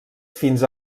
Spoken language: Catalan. fins